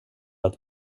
att